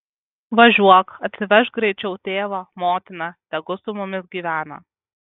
važiuok atsivežk greičiau tėvą motiną tegu su mumis gyvena